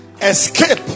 escape